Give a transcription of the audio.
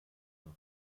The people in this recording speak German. nach